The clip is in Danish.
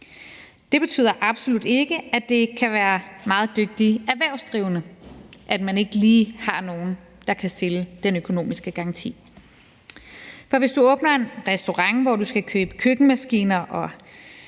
Det betyder absolut ikke, at det ikke kan være meget dygtige erhvervsdrivende, altså det, at man ikke lige har nogen, der kan stille den økonomiske garanti. For hvis du åbner en restaurant, hvor du skal købe køkkenmaskiner og